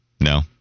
No